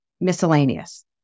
miscellaneous